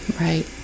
right